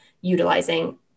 utilizing